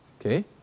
Okay